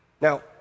Now